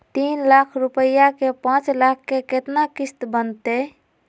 तीन लाख रुपया के पाँच साल के केतना किस्त बनतै?